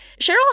Cheryl